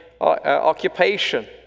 occupation